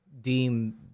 deem